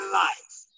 life